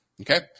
Okay